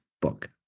book